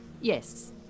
Yes